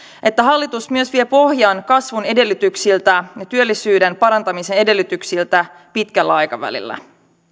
että hallitus myös vie pohjan kasvun edellytyksiltä ja työllisyyden parantamisen edellytyksiltä pitkällä aikavälillä